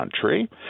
country